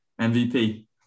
MVP